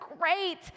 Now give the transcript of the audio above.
great